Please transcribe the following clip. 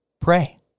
Pray